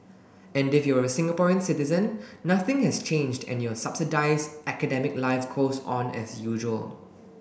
and if you're a Singaporean citizen nothing has changed and your subsidised academic life goes on as usual